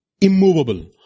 immovable